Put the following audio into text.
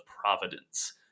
Providence